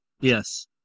Yes